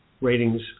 ratings